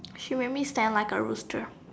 she make me stand like a roaster